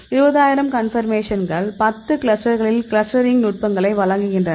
20000 கன்பர்மேஷன்கள் 10 கிளஸ்டர்களில் கிளஸ்டரிங் நுட்பங்களை வழங்குகின்றன